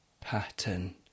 pattern